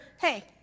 hey